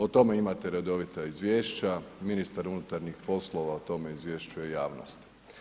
O tome imate redovita izvješća, ministar unutarnjih poslova o tome izvješćuje javnost.